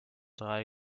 drei